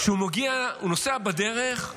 הוא נוסע בדרך,